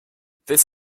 this